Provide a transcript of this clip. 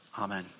Amen